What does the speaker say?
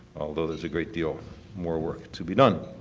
although there is a great deal more work to be done.